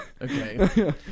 Okay